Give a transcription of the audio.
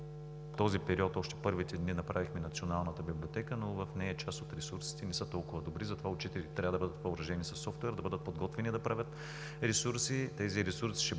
този период – още първите дни, направихме Националната библиотека, но в нея част от ресурсите не са толкова добри. Затова учителите трябва да бъдат въоръжени със софтуер, да бъдат подготвени да правят ресурси. Тези ресурси ще